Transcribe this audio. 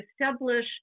establish